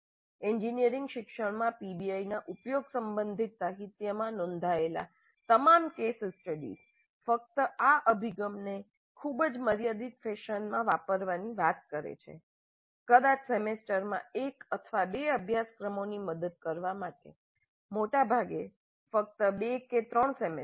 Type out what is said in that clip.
engineering શિક્ષણમાં પીબીઆઈના ઉપયોગ સંબંધિત સાહિત્યમાં નોંધાયેલા તમામ કેસ સ્ટડીઝ ફક્ત આ અભિગમને ખૂબ જ મર્યાદિત ફેશનમાં વાપરવાની વાત કરે છે કદાચ સેમેસ્ટરમાં એક અથવા બે અભ્યાસક્રમોની મદદ કરવા માટે મોટે ભાગે ફક્ત બે કે ત્રણ સેમેસ્ટરમાં